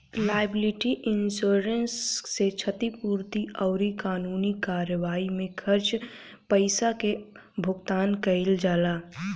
liability insurance से क्षतिपूर्ति अउरी कानूनी कार्यवाई में खर्च पईसा के भुगतान कईल जाला